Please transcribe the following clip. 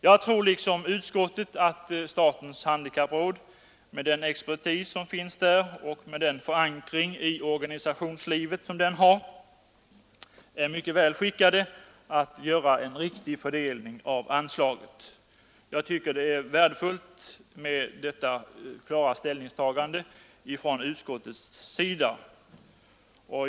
Jag tror liksom utskottet att statens handikappråd, med den expertis som finns där och med den förankring i organisationsledet som rådet har, är mycket väl skickat att göra en riktig fördelning av anslaget. Jag tycker att det är värdefullt med detta klara ställningstagande från utskottets sida.